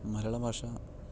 മലയാളഭാഷ